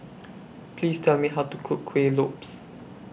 Please Tell Me How to Cook Kueh Lopes